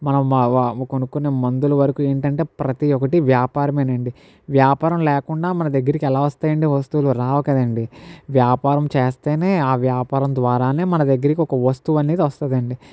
మనం వా వా కొనుక్కునే మందుల వరకు ఏంటంటే ప్రతీ ఒకటి వ్యాపారమేనండి వ్యాపారంలేకుండా మనదగ్గరికి ఎలా వస్తాయండి వస్తువులు రావు కదండి వ్యాపారం చేస్తేనే ఆ వ్యాపారం ద్వారానే మనదగ్గరకి ఒక వస్తువు అనేది వస్తాది అండి